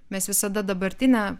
mes visada dabartinę